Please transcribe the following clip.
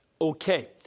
Okay